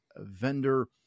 vendor